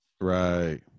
Right